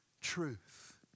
truth